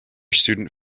student